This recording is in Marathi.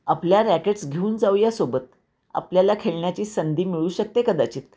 आपल्या रॅकेट्स घेऊन जाऊया सोबत आपल्याला खेळण्याची संधी मिळू शकते कदाचित